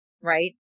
right